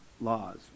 laws